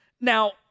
Now